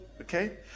Okay